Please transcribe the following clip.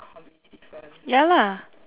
ya lah